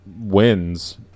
wins